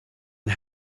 and